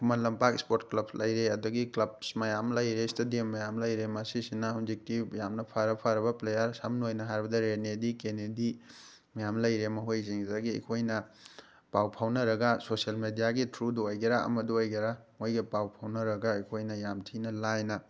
ꯈꯨꯃꯟ ꯂꯝꯄꯥꯛ sport club ꯂꯩꯔꯦ ꯑꯗꯒꯤ ꯀ꯭ꯂꯞꯁ ꯃꯌꯥꯝ ꯑꯃ ꯂꯩꯔꯦ ꯏꯁꯇꯦꯗꯤꯌꯝ ꯃꯌꯥꯝ ꯑꯃ ꯂꯩꯔꯦ ꯃꯁꯤꯁꯤꯅ ꯍꯧꯖꯤꯛꯇꯤ ꯌꯥꯝꯅ ꯐꯔ ꯐꯔꯕ ꯄ꯭ꯂꯦꯌꯥꯔ ꯁꯝꯅ ꯑꯣꯏꯅ ꯍꯥꯏꯔꯕꯗ ꯔꯦꯅꯦꯗꯤ ꯀꯦꯅꯦꯗꯤ ꯃꯌꯥꯝ ꯂꯩꯔꯦ ꯃꯈꯣꯏꯁꯤꯡꯁꯤꯗꯒꯤ ꯑꯩꯈꯣꯏꯅ ꯄꯥꯎ ꯐꯥꯎꯅꯔꯒ ꯁꯣꯁꯤꯌꯦꯜ ꯃꯦꯗꯤꯌꯥꯒꯤ ꯊ꯭ꯔꯨꯗ ꯑꯣꯏꯒꯦꯔꯥ ꯑꯃꯗ ꯑꯣꯏꯒꯦꯔꯥ ꯃꯣꯏꯒ ꯄꯥꯎ ꯐꯥꯎꯅꯔꯒ ꯑꯩꯈꯣꯏꯅ ꯌꯥꯝ ꯊꯤꯅ ꯂꯥꯏꯅ